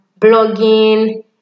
blogging